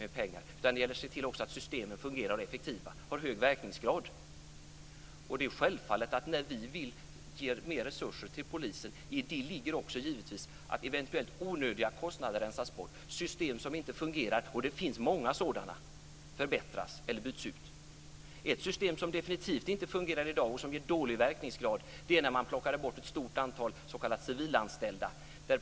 Det gäller också att se till att systemen fungerar effektivt och har hög verkningsgrad. När vi vill ge mer resurser till polisen ligger det givetvis också i detta att eventuella onödiga kostnader ska rensas bort. System som inte fungerar, och det finns många sådana, ska förbättras eller bytas ut. Orsaken till att ett system definitivt inte fungerar i dag och har dålig verkningsgrad är att man plockat bort ett stort antal civilanställda.